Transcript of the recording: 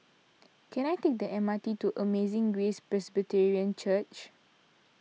can I take the M R T to Amazing Grace Presbyterian Church